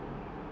ya